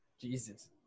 Jesus